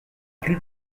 puis